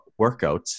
workouts